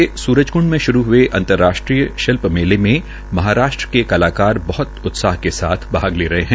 दो दिन हले सूरजक्ंड में श्रू ह्ये अंतर्राष्ट्रीय शिल् मेले में महाराष्ट्र के कलाकार बह्त उत्साह के साथ भाग ले रहे है